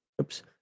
Oops